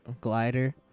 glider